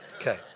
Okay